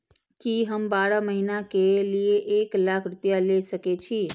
की हम बारह महीना के लिए एक लाख रूपया ले सके छी?